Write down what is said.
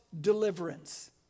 deliverance